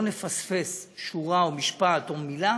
לא נפספס שורה או משפט או מילה